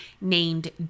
named